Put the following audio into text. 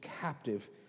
captive